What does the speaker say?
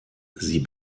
sie